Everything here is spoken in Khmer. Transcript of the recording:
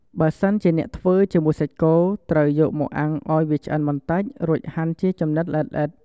បើសិនជាអ្នកធ្វើជាមួយសាច់គោ ត្រូវយកមកអាំងឱ្យវាឆ្អិនបន្ដិច រួចហាន់ជាចំណិតល្អិតៗ។